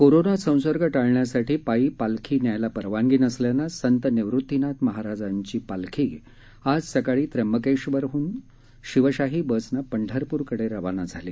corona संसर्ग टाळण्यासाठी पायी पालखी न्यायला परवानगी नसल्यानं संत निवृत्तीनाथ महाराजांची पालखी आज सकाळी त्र्यंबक्छिरहून शिवशाही बसनं पंढरपूरकड वाना झाली